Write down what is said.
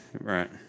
Right